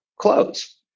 close